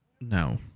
No